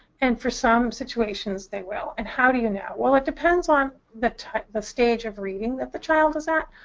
and for some situations they will. and how do you know? well, it depends on the the stage of reading that the child is at.